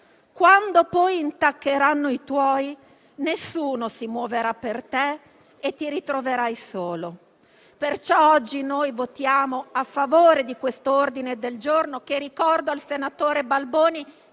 quando poi intaccheranno i tuoi, nessuno si muoverà per te. E ti ritroverai solo». Oggi perciò votiamo a favore di quest'ordine del giorno, che - lo ricordo al senatore Balboni